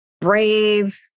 brave